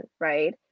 right